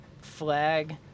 flag